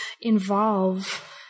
involve